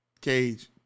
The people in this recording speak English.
Cage